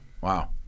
Wow